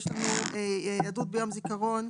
יום זיכרון,